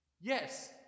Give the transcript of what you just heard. Yes